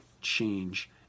change